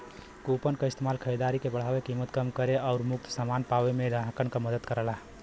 coupon क इस्तेमाल खरीदारी के बढ़ावे, कीमत कम करे आउर मुफ्त समान पावे में ग्राहकन क मदद करला